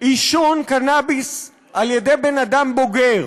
עישון קנביס על-ידי בן-אדם בוגר